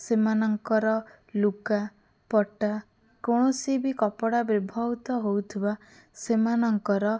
ସେମାନଙ୍କର ଲୁଗାପଟା କୌଣସି ବି କପଡ଼ା ବ୍ୟବହୃତ ହେଉଥିବା ସେମାନଙ୍କର